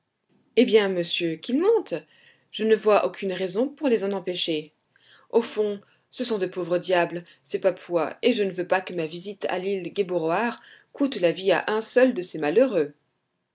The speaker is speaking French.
eh bien monsieur qu'ils montent je ne vois aucune raison pour les en empêcher au fond ce sont de pauvres diables ces papouas et je ne veux pas que ma visite à l'île gueboroar coûte la vie à un seul de ces malheureux